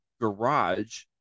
garage